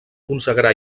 consagrà